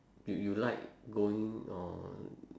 you you like going on